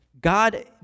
God